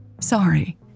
Sorry